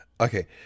Okay